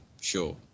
sure